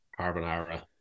carbonara